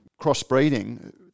crossbreeding